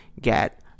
get